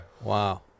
Wow